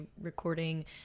recording